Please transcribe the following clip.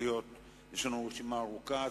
זאת מתכונת, יש לנו רשימה ארוכה.